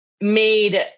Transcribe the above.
made